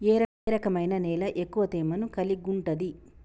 ఏ రకమైన నేల ఎక్కువ తేమను కలిగుంటది?